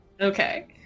Okay